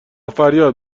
فریاد